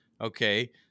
Okay